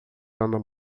andam